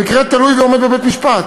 המקרה תלוי ועומד בבית-משפט.